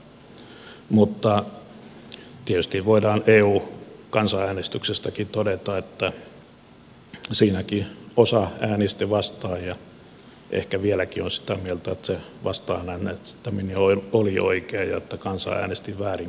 mutta tietysti voidaan eu kansanäänestyksestäkin todeta että siinäkin osa äänesti vastaan ja on ehkä vieläkin sitä mieltä että se vastaan äänestäminen oli oikein ja että kansa äänesti väärin kun euhun mentiin